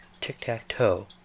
tic-tac-toe